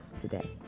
today